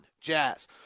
Jazz